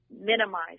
minimize